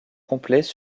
complet